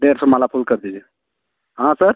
डेढ़ सौ माला फूल कर दीजिए हाँ सर